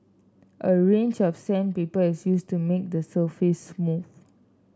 a range of sandpaper is used to make the surface smooth